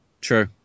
true